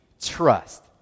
trust